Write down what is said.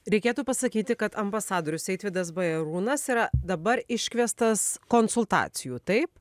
reikėtų pasakyti kad ambasadorius eitvydas bajarūnas yra dabar iškviestas konsultacijų taip